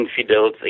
infidels